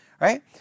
right